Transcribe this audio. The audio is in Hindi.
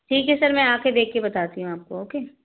ठीक है सर मैं आके देख के बताती हूँ आपको